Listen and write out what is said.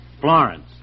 Florence